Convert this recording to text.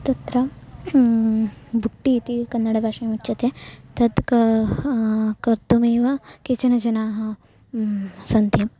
तत्र बुट्टिइति कन्नडभाषायामुच्यते तत् कर्तुमेव केचन जनाः सन्ति